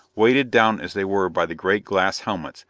weighted down as they were by the great glass helmets,